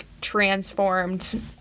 transformed